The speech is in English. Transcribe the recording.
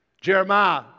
jeremiah